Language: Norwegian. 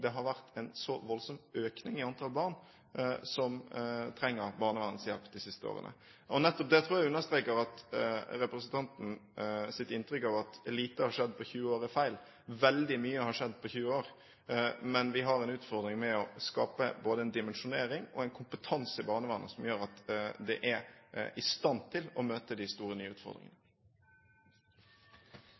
det har vært en så voldsom økning i antall barn som trenger barnevernshjelp de siste årene. Og nettopp det tror jeg understreker at representantens inntrykk av at lite har skjedd på 20 år, er feil. Veldig mye har skjedd på 20 år. Men vi har en utfordring med å skape både en dimensjonering og en kompetanse i barnevernet som gjør at det er i stand til å møte de store, nye utfordringene.